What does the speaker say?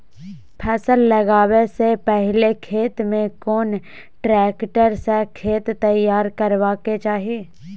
फसल लगाबै स पहिले खेत में कोन ट्रैक्टर स खेत तैयार करबा के चाही?